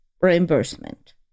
reimbursement